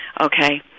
okay